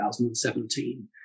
2017